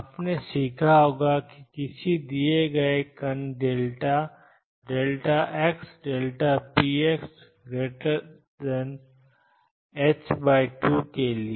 आपने सीखा होगा कि किसी दिए गए कण डेल्टा xpx2 के लिए